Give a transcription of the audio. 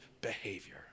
behavior